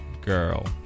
Girl